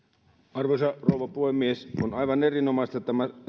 arvoisa rouva puhemies on aivan erinomaista että tämä